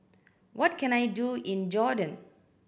what can I do in Jordan